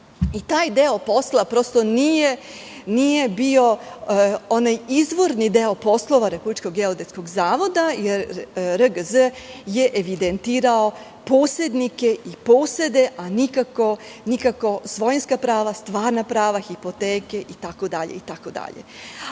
Taj deo posla prosto nije bio onaj izvorni deo poslova RGZ, jer RGZ je evidentirao posednike i posede, a nikako svojinska prava, stvarna prava, hipoteke